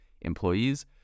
employees